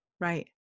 Right